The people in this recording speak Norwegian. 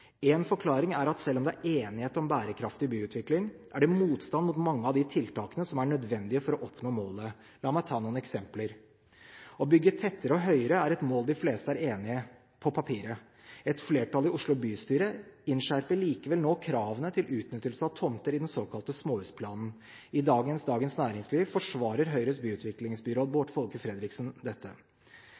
forklaring er at selv om det er enighet om bærekraftig byutvikling, er det motstand mot mange av de tiltakene som er nødvendige for å oppnå målet. La meg ta noen eksempler. Å bygge tettere og høyere er et mål de fleste er enig i – på papiret. Et flertall i Oslo bystyre innskjerper likevel nå kravene til utnyttelse av tomter i den såkalte småhusplanen. I dagens Dagens Næringsliv forsvarer Høyres byutviklingsbyråd Bård Folke Fredriksen dette.